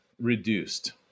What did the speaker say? reduced